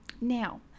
now